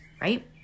right